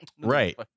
Right